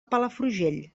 palafrugell